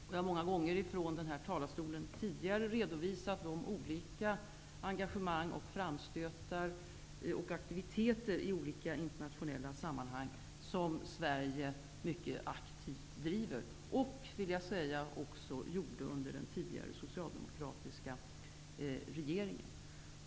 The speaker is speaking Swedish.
Jag har många gånger tidigare i denna talarstol redovisat de olika engagemang, framstötar och aktiviteter i skilda internationella sammanhang som Sverige mycket aktivt driver och -- det vill jag säga -- också drev under den tidigare socialdemokratiska regeringen.